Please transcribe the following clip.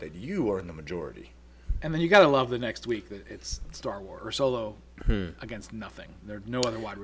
that you are in the majority and then you've got to love the next week it's star wars solo against nothing there no other w